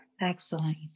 excellent